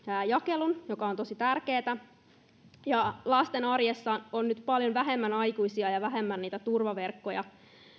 jakelun mikä on tosi tärkeätä lasten arjessa on nyt paljon vähemmän aikuisia ja vähemmän turvaverkkoja